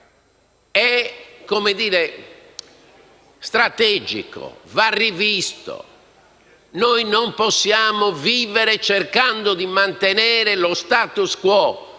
locali, è strategico e va rivisto. Noi non possiamo vivere cercando di mantenere lo *status quo*.